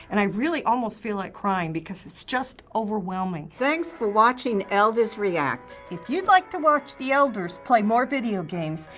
and i really almost feel like crying, because it's just overwhelming. thanks for watching elders react. if you'd like to watch the elders play more video games,